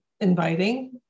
inviting